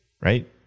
right